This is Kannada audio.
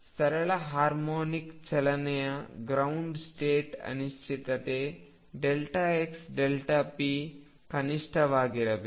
ಸರಳ ಹಾರ್ಮೋನಿಕ್ ಚಲನೆಯ ಗ್ರೌಂಡ್ ಸ್ಟೇಟ್ ಅನಿಶ್ಚಿತತೆ xp ಕನಿಷ್ಠವಾಗಿರಬೇಕು